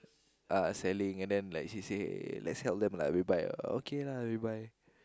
uh selling and then like she say let's help them lah we buy ah okay lah we buy